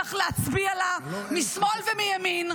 צריך להצביע לה משמאל ומימין,